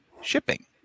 shipping